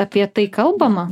apie tai kalbama